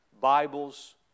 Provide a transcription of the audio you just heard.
Bibles